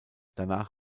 danach